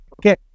Okay